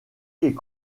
est